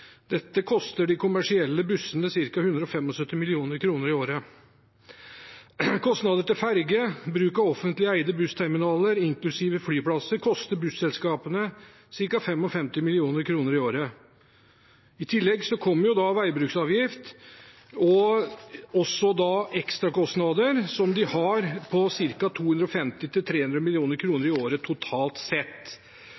Dette koster de kommersielle bussene ca. 175 mill. kr i året. Kostnader til ferje, bruk av offentlig eide bussterminaler, inklusiv flyplasser, koster busselskapene ca. 55 mill. kr i året. I tillegg kommer veibruksavgift og ekstrakostnader på ca. 250–300 mill. kr i året totalt. Bransjen selv regner med en overgang til